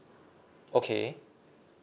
okay